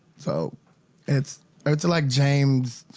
so it's ah it's like james.